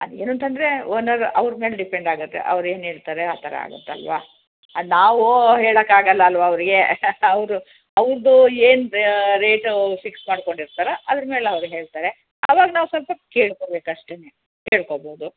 ಅದು ಏನೂಂತಂದರೆ ಓನರ್ ಅವ್ರ ಮೇಲೆ ಡಿಪೆಂಡ್ ಆಗುತ್ತೆ ಅವ್ರು ಏನು ಹೇಳ್ತಾರೆ ಆ ಥರ ಆಗತ್ತೆ ಅಲ್ವಾ ಅದು ನಾವು ಹೇಳಕ್ಕೆ ಆಗೋಲ್ಲ ಅಲ್ವಾ ಅವರಿಗೆ ಅವರು ಅವ್ರದ್ದು ಏನು ಬೆ ರೇಟು ಫಿಕ್ಸ್ ಮಾಡ್ಕೊಂಡು ಇರ್ತಾರೋ ಅದ್ರ ಮೇಲೆ ಅವ್ರು ಹೇಳ್ತಾರೆ ಅವಾಗ ನಾವು ಸ್ವಲ್ಪ ಕೇಳ್ಕೊಬೇಕು ಅಷ್ಟೇ ಕೇಳ್ಕೊಬೋದು